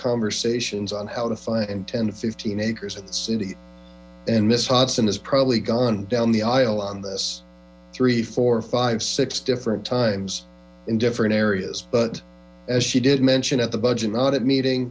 conversations on how to find ten to fifteen acres in the city and miss hodson has probably gone down the aisle on this three four five six different times in different areas but as she did mention at the budget not at meeting